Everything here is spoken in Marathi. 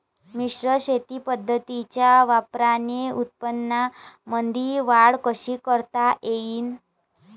मिश्र शेती पद्धतीच्या वापराने उत्पन्नामंदी वाढ कशी करता येईन?